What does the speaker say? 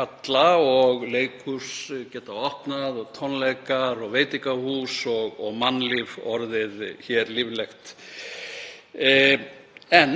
Leikhús getað opnað og tónleikasalir og veitingahús, og mannlíf getur orðið hér líflegt. En